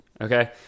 Okay